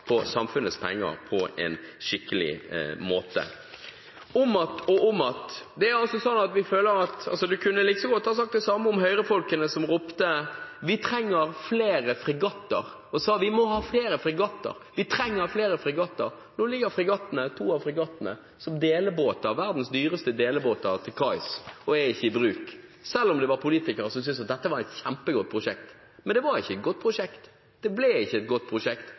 bruke samfunnets penger på en skikkelig måte. Om att og om att – vi føler at en kunne likså godt ha sagt det samme om Høyre-folkene, som ropte: Vi trenger flere fregatter. De sa: Vi må ha flere fregatter, vi trenger flere fregatter. Nå ligger to av fregattene som delebåter – verdens dyreste delebåter – til kai og er ikke i bruk, selv om det var politikere som syntes at dette var et kjempegodt prosjekt. Men det var ikke et godt prosjekt, det ble ikke et godt prosjekt.